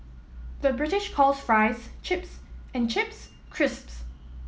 the British calls fries chips and chips crisps